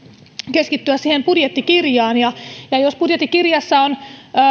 keskittyä siihen budjettikirjaan jos budjettikirjassa